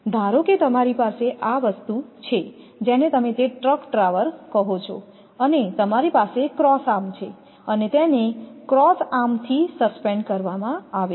ધારો કે તમારી પાસે આ વસ્તુ છે જેને તમે તે ટ્રક ટાવર કહો છો અને તમારી પાસે ક્રોસ આર્મ છે અને તેને ક્રોસ આર્મથી સસ્પેન્ડ કરવામાં આવે છે